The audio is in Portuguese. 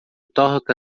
toca